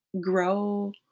grow